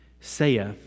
saith